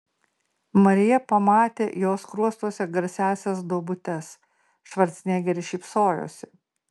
marija pamatė jo skruostuose garsiąsias duobutes švarcnegeris šypsojosi